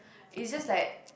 is just that